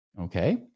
okay